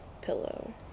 pillow